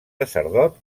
sacerdot